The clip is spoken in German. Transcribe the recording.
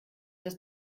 das